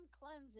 cleansing